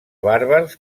bàrbars